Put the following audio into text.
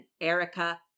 Erica